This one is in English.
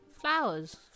Flowers